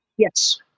Yes